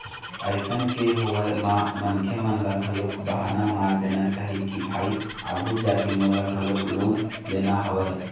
अइसन के होवब म मनखे मन ल घलोक बहाना मार देना चाही के भाई आघू जाके मोला घलोक लोन लेना हवय